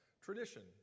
tradition